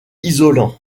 isolant